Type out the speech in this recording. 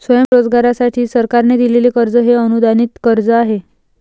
स्वयंरोजगारासाठी सरकारने दिलेले कर्ज हे अनुदानित कर्ज आहे